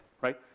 right